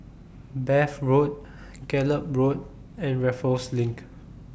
Bath Road Gallop Road and Raffles LINK